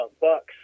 bucks